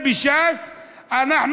אמרתי: מרצ,